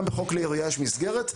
גם בחוק כלי ירייה יש מסגרת,